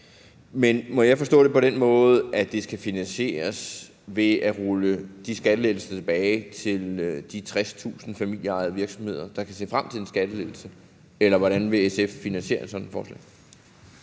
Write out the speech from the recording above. Men må jeg forstå det på den måde, at det skal finansieres ved at tilbagerulle de skattelettelser til de 60.000 familieejede virksomheder, der kan se frem til en skattelettelse? Eller hvordan vil SF finansiere sådan et forslag?